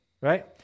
right